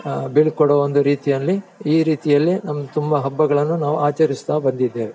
ಬೀಳ್ಕೊಡುವ ಒಂದು ರೀತಿಯಲ್ಲಿ ಈ ರೀತಿಯಲ್ಲಿ ನಮ್ಗೆ ತುಂಬ ಹಬ್ಬಗಳನ್ನು ನಾವು ಆಚರಿಸುತ್ತಾ ಬಂದಿದ್ದೇವೆ